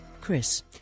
Chris